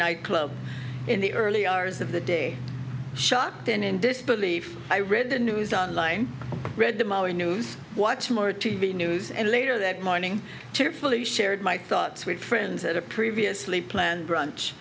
nightclub in the early hours of the day shocked and in disbelief i read the news on line read the news watch more t v news and later that morning cheerfully shared my thoughts with friends at a previously planned brunch